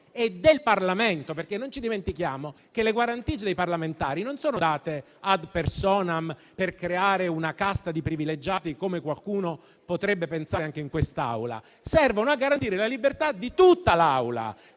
del Parlamento, perché non dimentichiamo che le guarentigie dei parlamentari non sono date *ad personam* per creare una casta di privilegiati, come qualcuno potrebbe pensare anche in quest'Aula, ma servono a garantire la libertà di tutta l'Assemblea.